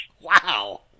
Wow